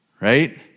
Right